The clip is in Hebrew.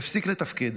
הפסיק לתפקד.